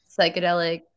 psychedelic